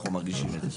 אנחנו מרגישים את זה.